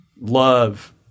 Love